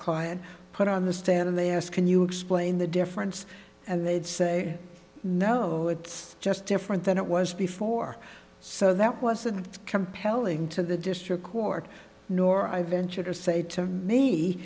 client put on the stand they asked can you explain the difference and they'd say no it's just different than it was before so that wasn't compelling to the district court nor i venture to say to